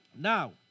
Now